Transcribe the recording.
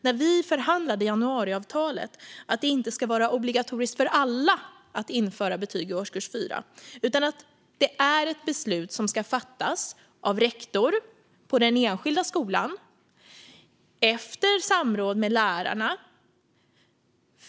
När vi förhandlade januariavtalet arbetade vi därför för att det inte skulle vara obligatoriskt för alla att införa betyg i årskurs 4 utan att det skulle vara ett beslut som fattades av rektor på den enskilda skolan efter samråd med lärarna.